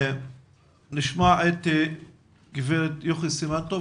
נשמע את יוכי סימן טוב.